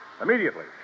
Immediately